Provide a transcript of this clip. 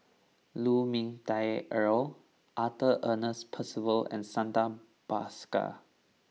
Lu Ming Teh Earl Arthur Ernest Percival and Santha Bhaskar